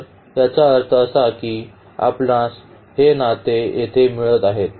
तर याचा अर्थ असा आहे की आपणास हे नाते येथे मिळत आहे